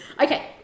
Okay